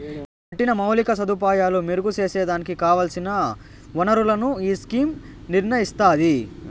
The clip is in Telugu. పట్టిన మౌలిక సదుపాయాలు మెరుగు సేసేదానికి కావల్సిన ఒనరులను ఈ స్కీమ్ నిర్నయిస్తాది